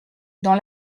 dans